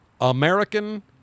American